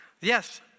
Yes